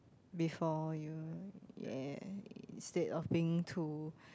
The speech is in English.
before you uh instead of being too